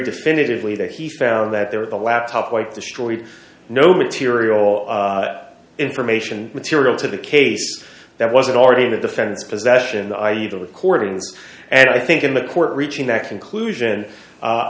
definitively that he found that there the laptop quite destroyed no material information material to the case that wasn't already the defendant's possession i e the recordings and i think in the court reaching that conclusion